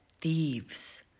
thieves